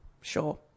Sure